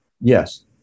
Yes